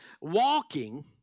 Walking